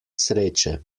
sreče